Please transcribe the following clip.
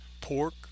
Pork